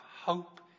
hope